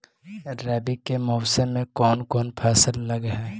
रवि के मौसम में कोन कोन फसल लग है?